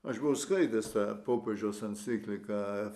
aš buvau skaitęs tą popiežiaus encikliką